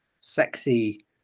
sexy